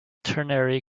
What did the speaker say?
ternary